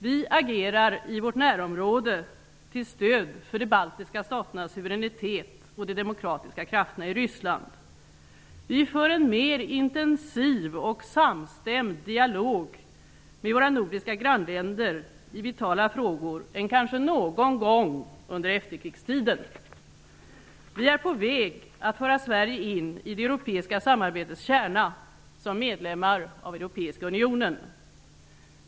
Vi agerar i vårt närområde till stöd för de baltiska staternas suveränitet och de demokratiska krafterna i Ryssland. Vi för en mer intensiv och samstämd dialog med våra nordiska grannländer i vitala frågor än kanske någon gång under efterkrigstiden. Vi är på väg att föra Sverige in i det europeiska samarbetets kärna som medlemmar av Europeiska unionen.